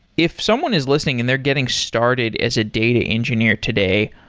if someone is listening and they're getting started as a data engineer today,